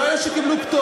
לא על אלה שקיבלו פטור,